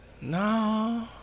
no